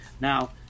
Now